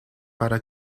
para